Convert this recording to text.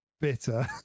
bitter